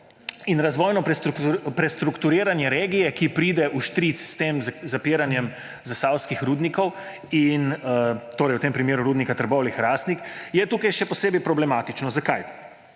In razvojno prestrukturiranje regije, ki pride vštric s tem zapiranjem zasavskih rudnikov, torej v tem primeru Rudnika Trbovlje-Hrastnik, je tukaj še posebej problematično. Zakaj?